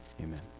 amen